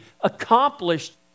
accomplished